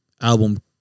album